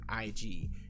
IG